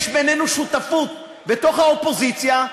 יש בינינו שותפות בתוך האופוזיציה,